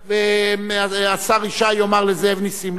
והשר ישי יאמר לזאב נסים לא להגיע,